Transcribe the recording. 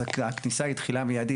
אז הכניסה היא תחילה מיידית,